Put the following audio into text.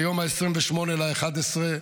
ביום 28 בנובמבר,